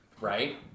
Right